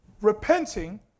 repenting